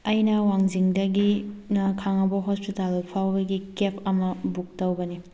ꯑꯩꯅ ꯋꯥꯡꯖꯤꯡꯗꯒꯤꯅ ꯈꯥꯉꯕꯣꯛ ꯍꯣꯁꯄꯤꯇꯥꯜ ꯐꯥꯎꯕꯒꯤ ꯀꯦꯕ ꯑꯃ ꯕꯨꯛ ꯇꯧꯕꯅꯤ